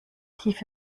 tief